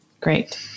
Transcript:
Great